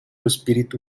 espíritu